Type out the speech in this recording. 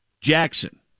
Jackson